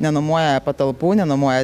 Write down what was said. nenuomoja patalpų nenuomoja